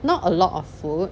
not a lot of food